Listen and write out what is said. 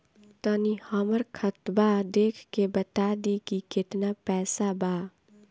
तनी हमर खतबा देख के बता दी की केतना पैसा बा?